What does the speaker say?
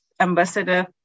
Ambassador